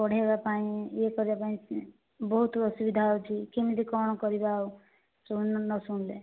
ପଢ଼େଇବା ପାଇଁ ଇଏ କରିବା ପାଇଁ ବହୁତ ଅସୁବିଧା ହେଉଛି କେମିତି କଣ କରିବା ଆଉ ଶୁଣିଲେ ନ ଶୁଣିଲେ